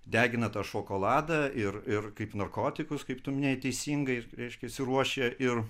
degina tą šokoladą ir ir kaip narkotikus kaip tu minėjai teisingai reiškiasi ruošia ir